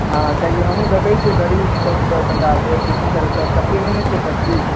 हॅं कियाकि हमहू देखै छियै गरीब सबके कनीटा होइ छै की करबै सब टके नहि छियै सब किछु